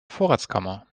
vorratskammer